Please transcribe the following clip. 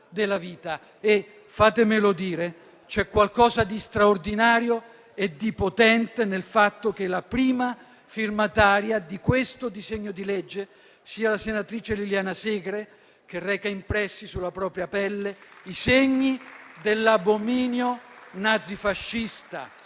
E - fatemelo dire - c'è qualcosa di straordinario e di potente nel fatto che la prima firmataria del disegno di legge in esame sia la senatrice Liliana Segre, che reca impressi sulla propria pelle i segni dell'abominio nazifascista